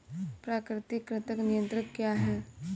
प्राकृतिक कृंतक नियंत्रण क्या है?